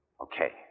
Okay